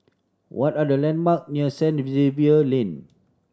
what are the landmark near Saint Xavier Lane